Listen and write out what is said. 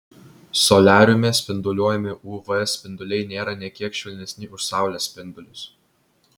soliariume spinduliuojami uv spinduliai nėra nė kiek švelnesni už saulės spindulius